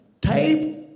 tape